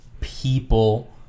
people